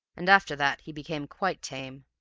and after that he became quite tame.